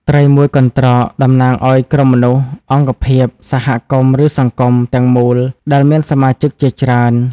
ត្រីមួយកន្រ្តក តំណាងឲ្យ ក្រុមមនុស្ស អង្គភាព សហគមន៍ ឬ សង្គម ទាំងមូល ដែលមានសមាជិកជាច្រើន។